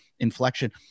inflection